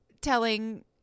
telling